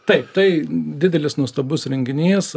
taip tai didelis nuostabus renginys